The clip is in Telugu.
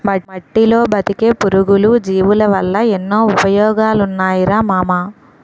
మట్టిలో బతికే పురుగులు, జీవులవల్ల ఎన్నో ఉపయోగాలున్నాయిరా మామా